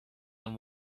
than